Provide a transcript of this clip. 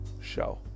show